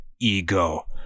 ego